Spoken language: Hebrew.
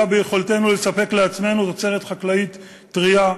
ביכולתנו לספק לעצמנו תוצרת חקלאית טרייה,